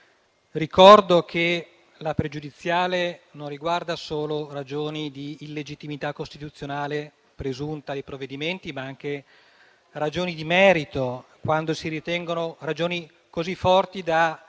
Ricordo che la pregiudiziale riguarda non solo ragioni di illegittimità costituzionale presunta di provvedimenti, ma anche ragioni di merito, quando si ritengono ragioni così forti da consigliare